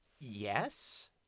Yes